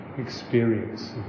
experience